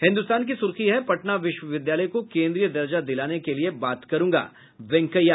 हिन्दुस्तान की सुर्खी है पटना विश्वविद्यालय को केन्द्रीय दर्जा दिलाने के लिए बात करूंगा वेंकैया